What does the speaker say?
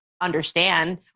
understand